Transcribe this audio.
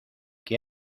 que